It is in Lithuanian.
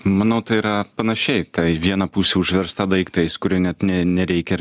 manau tai yra panašiai tai viena pusė užversta daiktais kurių net ne nereikia ir